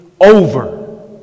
over